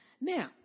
Now